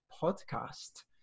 Podcast